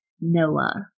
Noah